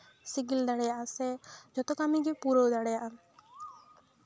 ᱥᱤᱜᱤᱞ ᱫᱟᱲᱮᱭᱟᱜᱼᱟ ᱥᱮ ᱡᱷᱚᱛᱚ ᱠᱟᱹᱢᱤ ᱜ ᱯᱩᱨᱟᱹᱣ ᱫᱟᱲᱮᱭᱟᱜᱼᱟ